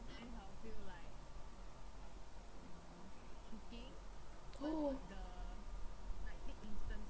[ho]